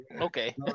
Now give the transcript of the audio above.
okay